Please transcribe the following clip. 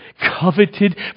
Coveted